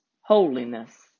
holiness